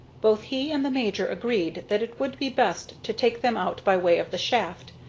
both he and the major agreed that it would be best to take them out by way of the shaft,